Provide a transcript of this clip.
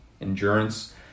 endurance